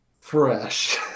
fresh